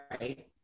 Right